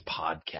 podcast